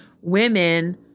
women